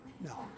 No